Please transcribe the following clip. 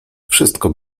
wszystko